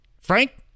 Frank